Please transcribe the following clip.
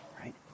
right